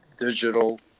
digital